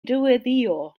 dyweddïo